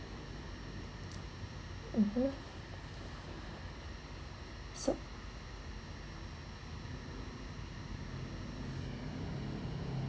(uh huh) so